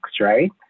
right